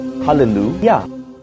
Hallelujah